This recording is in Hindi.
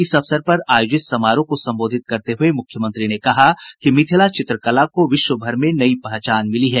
इस अवसर पर आयोजित समारोह को संबोधित करते हुए मुख्यमंत्री ने कहा कि मिथिला चित्रकला को विश्व भर में पहचान मिली है